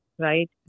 right